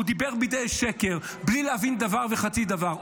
הוא דיבר דברי שקר בלי להבין דבר וחצי דבר.